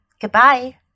goodbye